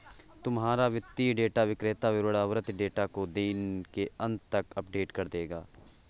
तुम्हारा वित्तीय डेटा विक्रेता वितरण आवृति डेटा को दिन के अंत तक अपडेट कर देगा